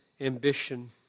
ambition